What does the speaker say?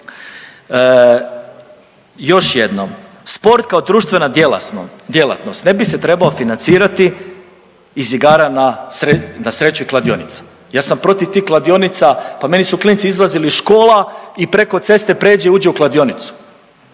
Još jednom sport kao društvena djelatnost ne bi se trebao financirati iz igara na sreću i kladionica. Ja sam protiv tih kladionica, pa meni su klinci izlazili iz škola i preko ceste pređe uđe u kladionicu.